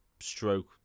stroke